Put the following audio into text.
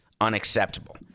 unacceptable